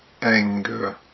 anger